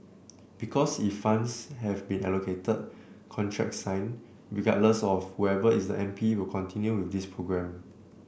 because if funds have been allocated contracts signed regardless of whoever is the M P will continue with this programme